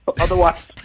Otherwise